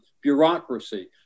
Bureaucracy